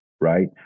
right